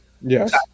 Yes